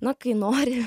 na kai nori